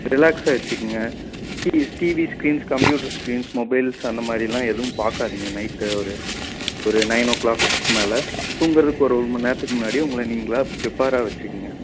ரிலாக்ஸாக வெச்சுக்கங்க TV TV screens computer screens mobiles அந்தமாதிரிலாம் எதுவும் பார்க்காதிங்க நைட்டு ஒரு ஒரு நைன் ஓ க்ளாக்கு மேலே தூங்கிறதுக்கு ஒரு ஒரு மணி நேரத்துக்கு முன்னாடியே உங்களை நீங்களாக ப்ரிப்பேராக வெச்சுக்கங்க